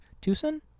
Tucson